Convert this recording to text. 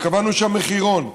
וקבענו שם מחירון,